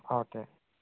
okay